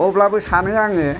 अब्लाबो सानो आङो